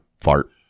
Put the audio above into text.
fart